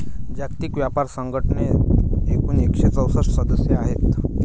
जागतिक व्यापार संघटनेत एकूण एकशे चौसष्ट सदस्य आहेत